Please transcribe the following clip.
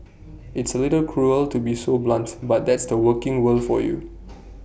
it's A little cruel to be so blunt but that's the working world for you